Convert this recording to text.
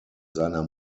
seiner